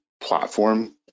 platform